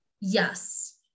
yes